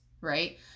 right